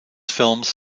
films